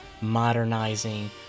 modernizing